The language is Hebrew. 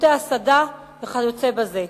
שירותי הסעדה וכיוצא בזה.